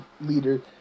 leader